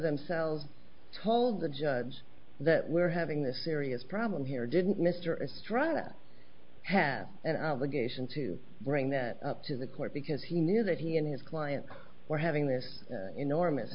themselves told the judge that we're having this serious problem here didn't mr estrada have an obligation to bring that up to the court because he knew that he and his client were having this enormous